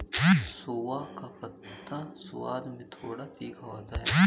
सोआ का पत्ता स्वाद में थोड़ा तीखा होता है